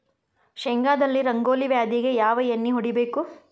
ಶೇಂಗಾದಲ್ಲಿ ರಂಗೋಲಿ ವ್ಯಾಧಿಗೆ ಯಾವ ಎಣ್ಣಿ ಹೊಡಿಬೇಕು?